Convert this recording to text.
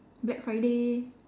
black Friday